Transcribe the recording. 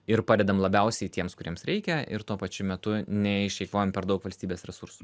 ir padedam labiausiai tiems kuriems reikia ir tuo pačiu metu neišeikvojom per daug valstybės resursų